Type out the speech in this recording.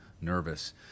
nervous